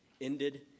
ended